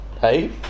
Hey